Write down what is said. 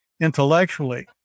intellectually